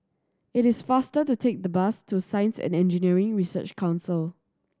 it is faster to take the bus to Science and Engineering Research Council